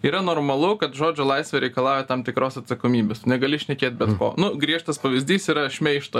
yra normalu kad žodžio laisvė reikalauja tam tikros atsakomybės tu negali šnekėt bet ko nu griežtas pavyzdys yra šmeižto